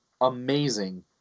amazing